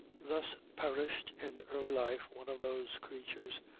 thus perished in early life one of those creatures,